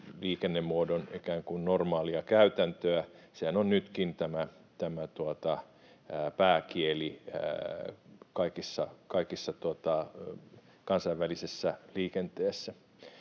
ikään kuin normaalia käytäntöä. Sehän on nytkin pääkieli kaikessa kansainvälisessä liikenteessä.